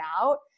out